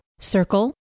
Circle